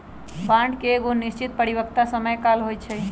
bond के एगो निश्चित परिपक्वता समय काल होइ छइ